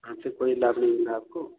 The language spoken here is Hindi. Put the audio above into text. अच्छा कोई लाभ नहीं मिला आपको